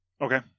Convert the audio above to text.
okay